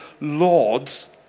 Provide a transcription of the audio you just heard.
Lord's